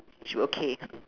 should okay ha